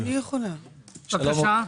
בבקשה.